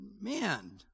man